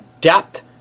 depth